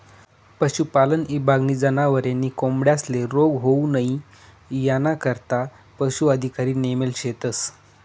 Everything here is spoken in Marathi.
पशुपालन ईभागनी जनावरे नी कोंबड्यांस्ले रोग होऊ नई यानाकरता पशू अधिकारी नेमेल शेतस